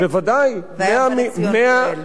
ובא לציון גואל.